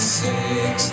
six